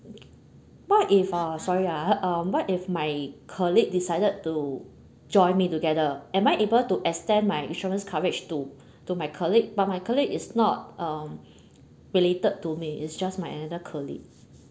what if uh sorry ah um what if my colleague decided to join me together am I able to extend my insurance coverage to to my colleague but my colleague is not um related to me it's just my another colleague